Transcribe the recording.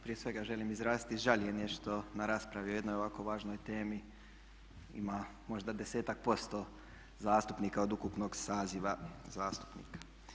Prije svega želim izraziti žaljenje što na raspravi o jednoj ovako važnoj temi ima možda desetak posto zastupnika od ukupnog saziva zastupnika.